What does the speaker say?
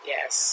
Yes